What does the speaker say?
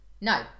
no